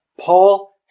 Paul